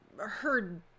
heard